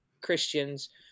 Christians